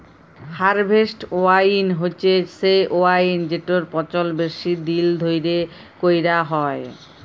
harvest wine হছে সে wine যেটর পচল বেশি দিল ধ্যইরে ক্যইরা হ্যয়